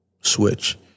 switch